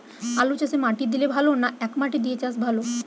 আলুচাষে মাটি দিলে ভালো না একমাটি দিয়ে চাষ ভালো?